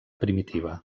primitiva